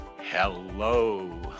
Hello